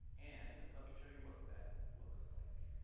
and let me show you what that looks like.